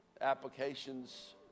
applications